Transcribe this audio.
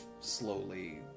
slowly